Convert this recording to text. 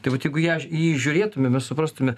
tai vat jeigu į ją į jį žiūrėtume mes suprastume